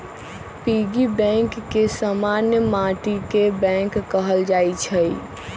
piggy bank के समान्य माटिके बैंक कहल जाइ छइ